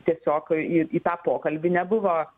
tiesiog į į tą pokalbį nebuvo